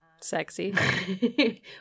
Sexy